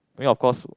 maybe of cause